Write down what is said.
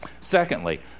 Secondly